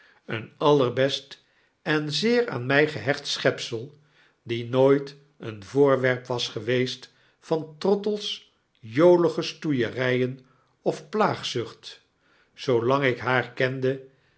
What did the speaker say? een allerbest en zeer aan my gehecht schepsel die nooit een voorwerp was geweest van trottle's jolige stoeieryen of plaagzucbt zoolang ik haar